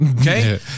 okay